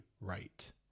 right